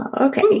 Okay